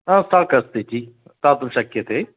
हा स्टाक् अस्ति जि दातुं शक्यते